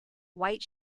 white